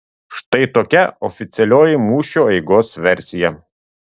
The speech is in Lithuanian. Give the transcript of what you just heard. štai tokia oficialioji mūšio eigos versija